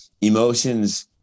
emotions